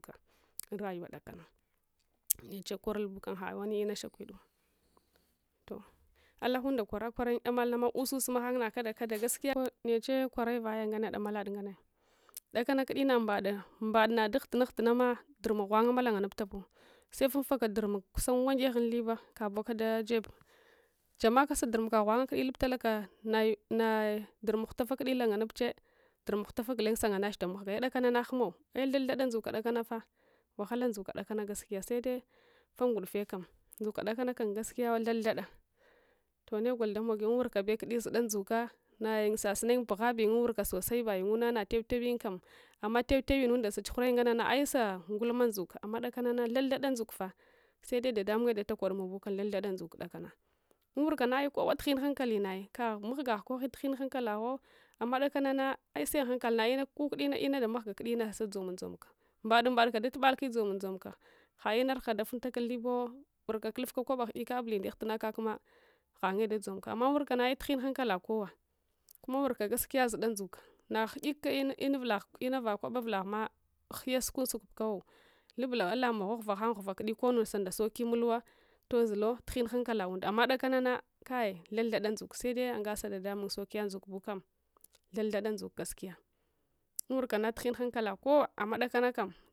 Unvayuwa dakcana neche korul bukam hadwani inashakwidu toh alaghunda kwarakwarayun ɗamalnama use us mahang nakda kada gaskiya neche kwaral vaya nganna damalad nganne dakana kudi namb-ada nambad daghuduna daghud unama durmuk ghwanga lunga nubtabu sefunfaka durmuk kusan wangeh unthiba kaoka dajeb jamaka sadurmukagh ghwanga kudi lubtalaka nanai durmuk hutafa kuddi lunga nubche durmuk hutafa gulen sunungatache damagh ga ai kudakanana ghumow eh' thad thada ndzug kudakana wahala ndzuk kudakansfah gaskiya sede fa ngudufekam ndzulka dakanakan gaskiya thad thada toh negol da mogi unwurka bekudi suda ndzuka nayayun sasuni bughabiyun unwurka sosai vayunguna natew tewuyun kam amma tew tewvnunda satsug hurayun nganana ai'sa ngulma ndzuka amma dakanana thad thada ndzuka sede dadamungye datu kodm bukam thad thada ndzuk kudakana unwurkana kowa tughin hankalin ai’ kaghlra mangah kotughin hankalagho amma dakanana ai’ se unghankal kukuda ina inadamaghga kudi senagu dzomun dzomuka mbadun mbaduka datubalke dzomundzo muka ha’ina rugha dafuntaka unth ibawo warka kulufka kwaba ghuyeka abule daguduna kakma ghanye dadzomka ai’ tughing hankala kowa kuma wurka gaskiya zuda ndzuka naghudyeka ina uvulah inava kwaba uvulaghma ghuyya sukunsukawo lubla alamow ghaghuva ghan ghuvakudi komu sandasoki mulwah todzulo tughin haankala und amma dakanana kai thad thada ndzuk sede ungesa dadamun saukiya ndzuk bukam thad thada ndzuk gaskiya unwurkana tughin hankalagh kowa amma dakanakam